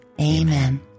Amen